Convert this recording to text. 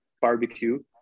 barbecue